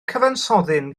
cyfansoddyn